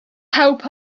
help